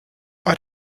bei